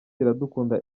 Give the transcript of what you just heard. iradukunda